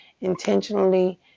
intentionally